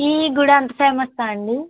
ఈ గుడి అంత ఫ్యామస్సా అండి